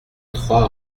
trois